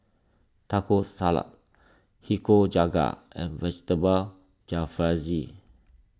Taco Salad Nikujaga and Vegetable Jalfrezi